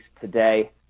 today